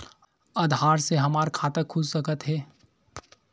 आधार से हमर खाता खुल सकत हे?